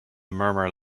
murmur